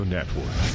Network